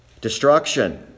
destruction